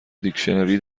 دیکشنری